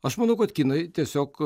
aš manau kad kinai tiesiog